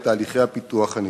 את תהליכי הפיתוח הנדרשים.